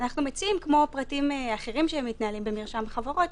כמו פרטים אחרים שמתנהלים במרשם החברות,